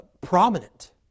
prominent